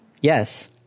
Yes